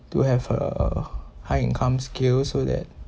to have a high income skill so that